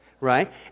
Right